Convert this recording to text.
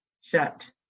shut